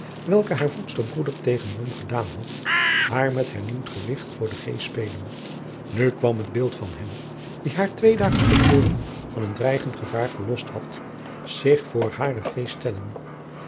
welke haar voedsterbroeder tegen mom gedaan had haar met hernieuwd gewicht voor den geest spelen nu kwam het beeld van hem die haar twee dagen te voren van een dreigend gevaar verlost had zich voor haren geest stellen